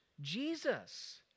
Jesus